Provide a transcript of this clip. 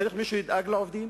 צריך מישהו שידאג לעובדים,